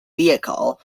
vehicle